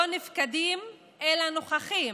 לא נפקדים אלא נוכחים,